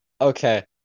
Okay